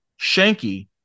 Shanky